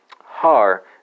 Har